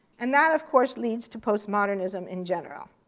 and that, of course, leads to postmodernism in general.